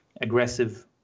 aggressive